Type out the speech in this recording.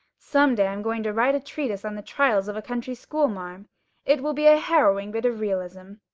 some day i'm going to write a treatise on the trials of a country schoolmarm it will be a harrowing bit of realism.